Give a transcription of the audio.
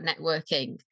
networking